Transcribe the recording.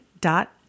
dot